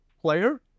player